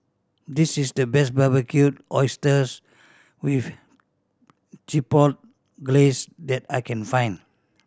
this is the best Barbecued Oysters with Chipotle Glaze that I can find